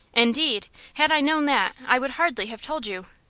indeed! had i known that i would hardly have told you.